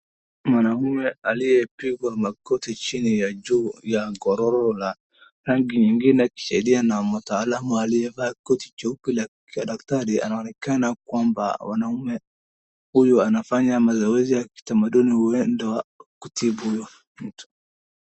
Mwanamume aliyepigwa magoti chini ya juu ya ngororo la rangi nyingine, akisahidiwa na mtaalamu aliyevaa koti jeupe la kidaktari. Inaonekana kwamba mwanamume huyu anafanya mazoezi ya kitamaduni huenda wa kutibu huyu mtu.